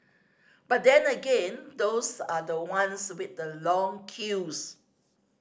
but then again those are the ones with the long queues